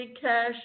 cash